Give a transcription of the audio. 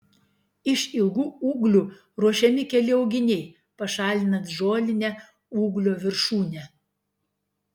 iš ilgų ūglių ruošiami keli auginiai pašalinant žolinę ūglio viršūnę